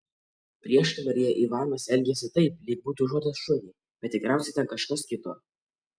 prieškambaryje ivanas elgėsi taip lyg būtų užuodęs šunį bet tikriausiai ten kažkas kito